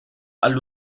alla